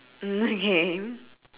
okay